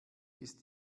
ist